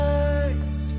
eyes